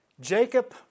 Jacob